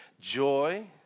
Joy